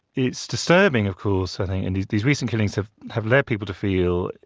it's disturbing of course i think, and these these recent killings have have led people to feel,